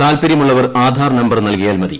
താത്പര്യമുള്ളവർ Aadhaar number നൽകിയാൽ മത്തി